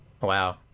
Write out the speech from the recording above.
Wow